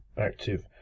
active